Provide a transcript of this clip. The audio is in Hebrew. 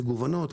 מגוונות.